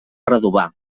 redovà